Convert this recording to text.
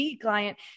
client